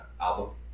album